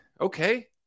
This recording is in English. Okay